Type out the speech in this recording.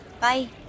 bye